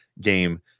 game